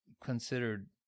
Considered